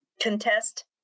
contest